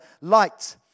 light